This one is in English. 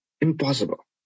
impossible